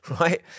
right